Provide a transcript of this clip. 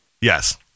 Yes